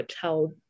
tell